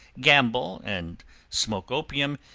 gamble, and smoke opium,